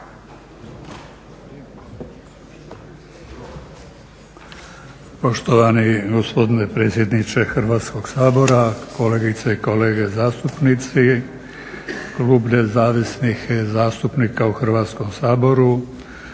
Poštovani gospodine predsjedniče Hrvatskog sabora, kolegice i kolege zastupnici. Klub nezavisnih zastupnika u Hrvatskom saboru